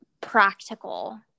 practical